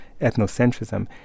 ethnocentrism